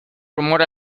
rumor